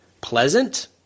pleasant